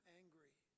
angry